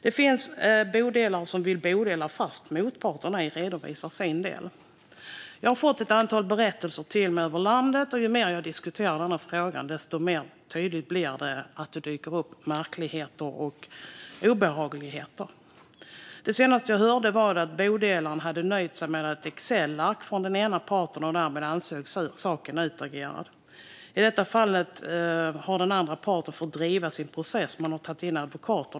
Det finns bodelningsförrättare som vill bodela fast motparten ej redovisar sin del. Jag har fått till mig ett antal berättelser över landet. Ju mer jag diskuterar denna fråga desto mer tydligt blir det att det dyker upp märkligheter och obehagligheter. Det senaste jag hörde var att bodelningsförrättaren hade nöjt sig med ett Excelark från den ena parten och därmed ansåg saken utagerad. I det fallet har den andra parten fått driva sin process via advokat.